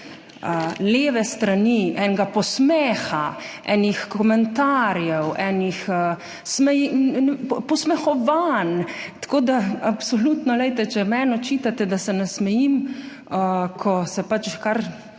leve strani enega posmeha, enih komentarjev, enih posmehovanj. Absolutno, glejte, če meni očitate, da se nasmejim, ko poslušam